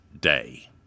day